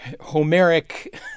Homeric